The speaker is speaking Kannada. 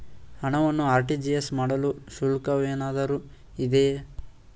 ಹಣವನ್ನು ಆರ್.ಟಿ.ಜಿ.ಎಸ್ ಮಾಡಲು ಶುಲ್ಕವೇನಾದರೂ ಇದೆಯೇ?